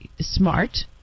smart